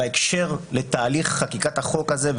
בהקשר לתהליך חקיקת החוק הזה,